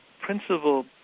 principal